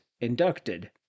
inducted